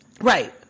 Right